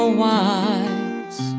wise